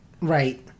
Right